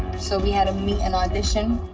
so we had to meet and audition